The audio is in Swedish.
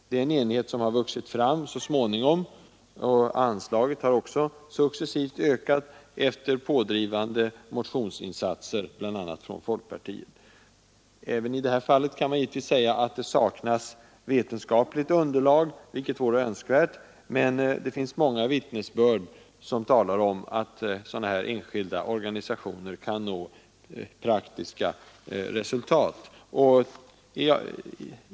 Det är en enighet som har vuxit fram så småningom, och anslaget har också successivt ökat efter pådrivande motionsinsatser, bl.a. från folkpartiet. Även i det här fallet kan man givetvis säga att det saknas vetenskapligt underlag, vilket det vore önskvärt att ha, men det finns många vittnesbörd som talar om att enskilda organisationer kan nå praktiska resultat.